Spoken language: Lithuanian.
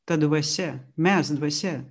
ta dvasia mes dvasia